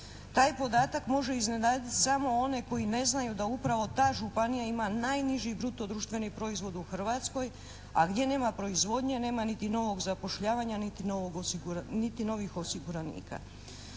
Taj podatak može iznenaditi samo one koji ne znaju da upravo ta županija ima najniži bruto društveni proizvod u Hrvatskoj, a gdje nema proizvodnje nema niti novog zapošljavanja niti novih osiguranika.